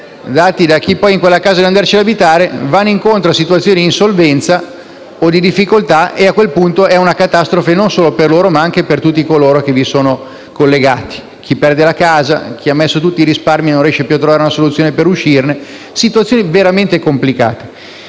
dati da chi in quella casa dovrà andarci ad abitare: quando questi soggetti vanno incontro a situazioni di insolvenza o di difficoltà, a quel punto è una catastrofe non solo per loro, ma anche per tutti coloro che vi sono collegati. Chi perde la casa su cui ha investito tutti i risparmi non riesce più a trovare una soluzione per uscirne. Si tratta di situazioni veramente complicate.